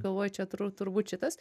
galvoju čia tur turbūt šitas